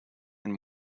and